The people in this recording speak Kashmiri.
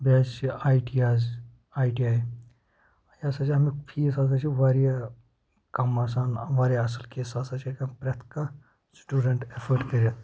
بیٚیہِ حظ چھِ آی ٹی حظ آی ٹی آی یہِ ہَسا چھِ اَمیُٚک فیٖس ہَسا چھِ واریاہ کَم آسان واریاہ اَصٕل کہِ سُہ ہَسا چھِ ہٮ۪کان پرٮ۪تھ کانٛہہ سٹوٗڈَنٛٹ ایفٲٹ کٔرِتھ